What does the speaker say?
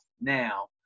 now